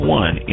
one